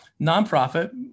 Nonprofit